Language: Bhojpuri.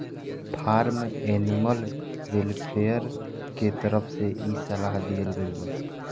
फार्म एनिमल वेलफेयर के तरफ से इ सलाह दीहल गईल बा